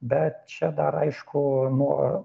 bet čia dar aišku nuo